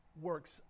works